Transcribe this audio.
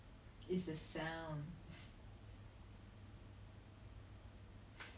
what if you are the celebrity with a private account cause I've seen that leh